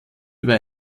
über